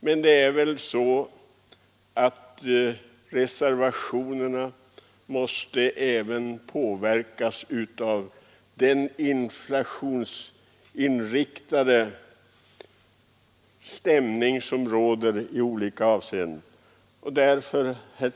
Men det är väl så att också reservationernas antal påverkas av den inflationsstämning som råder.